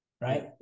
right